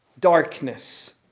darkness